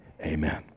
Amen